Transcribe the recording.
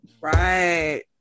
right